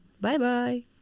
Bye-bye